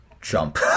jump